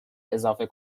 اضافه